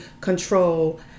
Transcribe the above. control